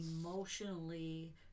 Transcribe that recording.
emotionally